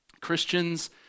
Christians